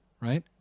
right